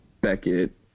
Beckett